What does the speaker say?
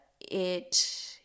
it-